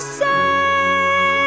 say